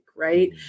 Right